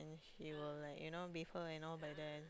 he will like you know before and all by then